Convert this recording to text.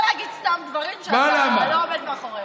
לא להגיד סתם דברים שאתה לא עומד מאחוריהם.